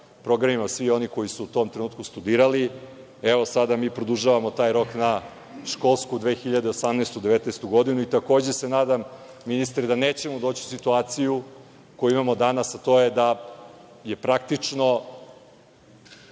programima, svi oni koji su u tom trenutku studirali. Sada produžavamo taj rok na školsku 2018/2019. godinu i takođe se nadam, ministre, da nećemo doći u situaciju koju imamo danas, a to je da je praktično